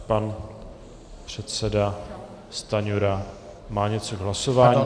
Pan předseda Stanjura má něco k hlasování.